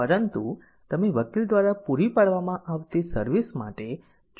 પરંતુ તમે વકીલ દ્વારા પૂરી પાડવામાં આવતી સર્વિસ માટે ચૂકવણી કરી રહ્યા છો